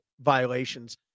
violations